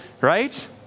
Right